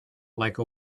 like